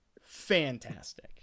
Fantastic